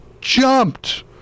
jumped